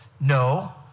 No